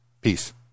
Peace